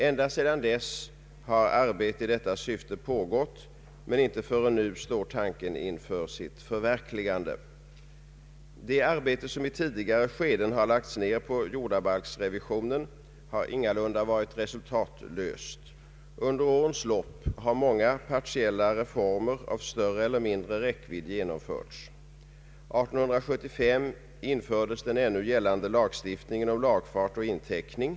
ända sedan dess har arbete i detta syfte pågått, men inte förrän nu står tanken inför sitt förverkligande. Det arbete som i tidigare skeden har lagts ned på jordabalksrevisionen har ingalunda varit resultatlöst. Under årens lopp har många partiella reformer av större eller mindre räckvidd genomförts. År 1875 infördes den ännu gällande lagstiftningen om lagfart och inteckning.